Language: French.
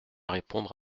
répondre